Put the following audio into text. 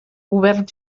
govern